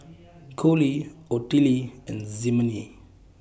Collie Ottilie and Ximena